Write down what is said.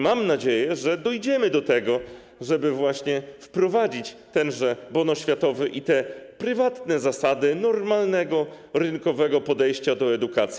Mam nadzieję, że dojdziemy do tego, żeby właśnie wprowadzić tenże bon oświatowy i te prywatne zasady normalnego, rynkowego podejścia do edukacji.